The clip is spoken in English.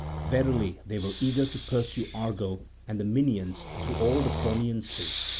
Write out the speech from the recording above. verily they were eager to pursue argo and the minyans through all the cronian sea.